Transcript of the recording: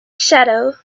shadow